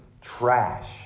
trash